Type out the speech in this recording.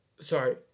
Sorry